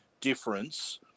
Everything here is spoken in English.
difference